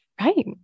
Right